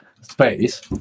space